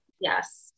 Yes